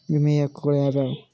ವಿಮೆಯ ಹಕ್ಕುಗಳು ಯಾವ್ಯಾವು?